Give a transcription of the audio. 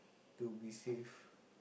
to be safe